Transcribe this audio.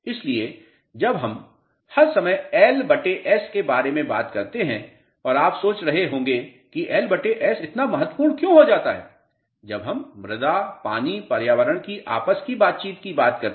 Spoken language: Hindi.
इसलिए जब हम हर समय L बटे भागित S के बारे में बात कर रहे हैं और आप सोच रहे होंगे कि LS इतना महत्वपूर्ण क्यों हो जाता है जब हम मृदा पानी पर्यावरण की आपस की बातचीत की बात करतें हैं